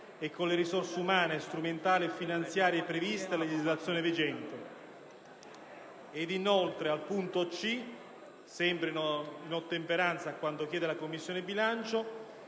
e con le risorse umane, strumentali e finanziarie previste a legislazione vigente». Inoltre, al punto *c)*, sempre in ottemperanza a quanto richiesto dalla Commissione bilancio,